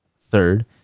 third